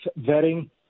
vetting